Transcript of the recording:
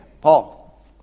Paul